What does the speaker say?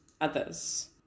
others